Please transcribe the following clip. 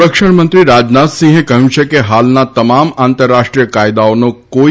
સંરક્ષણમંત્રી રાજનાથસિંહે કહ્યું છે કે હાલના તમામ આંતરરાષ્ટ્રીય કાયદાઓનો કોઇ